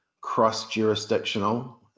cross-jurisdictional